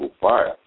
fire